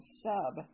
sub